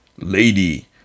lady